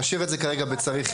נכון.